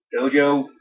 Dojo